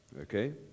okay